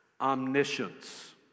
omniscience